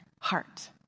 heart